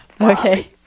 Okay